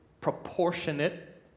proportionate